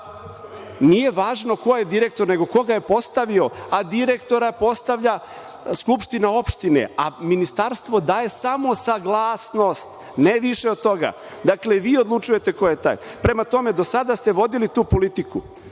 )Nije važno ko je direktor, nego ko ga je postavio, a direktora postavlja skupština opštine, a Ministarstvo daje samo saglasnost, ne više od toga. Dakle, vi odlučujete ko je taj. Prema tome, do sada ste vodili tu politiku